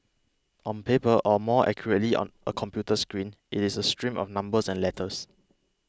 on paper or more accurately on a computer screen it is a stream of numbers and letters